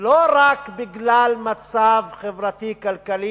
לא רק בגלל מצב חברתי-כלכלי,